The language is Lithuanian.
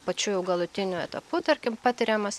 pačiu jau galutiniu etapu tarkim patiriamas